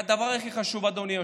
והדבר הכי חשוב, אדוני היושב-ראש: